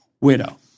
widow